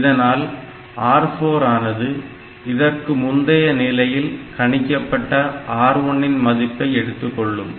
இதனால் R4 ஆனது இதற்கு முந்தைய நிலையில் கணிக்கப்பட்ட R1 இன் மதிப்பை எடுத்துக்கொள்ளும்